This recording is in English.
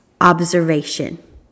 observation